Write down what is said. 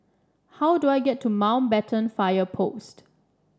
how do I get to Mountbatten Fire Post